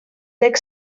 deg